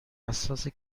حساسه